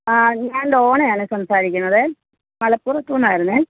ആ ഞാൻ ഡോണയാണ് സംസാരിക്കുന്നത് മലപ്പുറത്ത് നിന്നായിരുന്നു